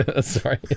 sorry